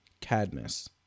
Cadmus